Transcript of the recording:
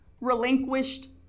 relinquished